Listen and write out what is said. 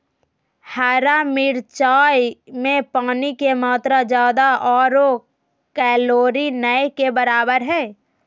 हरा मिरचाय में पानी के मात्रा ज्यादा आरो कैलोरी नय के बराबर हइ